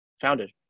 founded